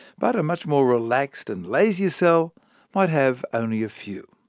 but a much more relaxed and lazier cell might have only a few.